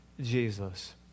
Jesus